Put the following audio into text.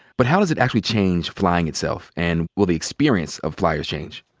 but how does it actually change flying itself? and will the experience of flyers change?